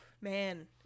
man